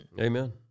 Amen